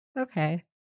Okay